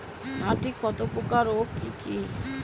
মাটি কতপ্রকার ও কি কী?